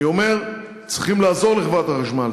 אני אומר: צריכים לעזור לחברת החשמל,